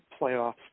playoffs